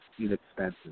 inexpensive